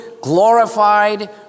glorified